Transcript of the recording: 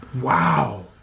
Wow